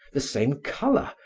the same color,